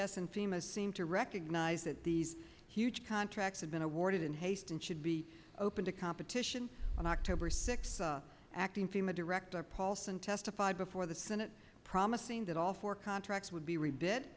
s and fema seem to recognize that these huge contracts have been awarded in haste and should be open to competition on october sixth acting fema director paulson testified before the senate promising that all four contracts would be r